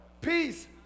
peace